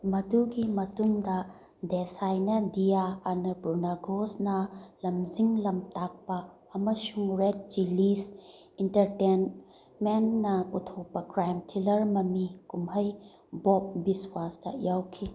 ꯃꯗꯨꯒꯤ ꯃꯇꯨꯡꯗ ꯗꯦꯁꯥꯏꯅ ꯗꯤꯌꯥ ꯑꯅꯄꯨꯔꯅꯥ ꯒꯣꯁꯅ ꯂꯝꯖꯤꯡ ꯂꯝꯇꯥꯛꯄ ꯑꯃꯁꯨꯡ ꯔꯦꯗ ꯆꯤꯂꯤꯁ ꯏꯟꯇꯔꯇꯦꯟꯃꯦꯟꯅ ꯄꯨꯊꯣꯛꯄ ꯀ꯭ꯔꯥꯝ ꯊ꯭ꯔꯤꯂꯔ ꯃꯃꯤ ꯀꯨꯝꯍꯩ ꯕꯣꯕ ꯕꯤꯁꯋꯥꯁꯇ ꯌꯥꯎꯈꯤ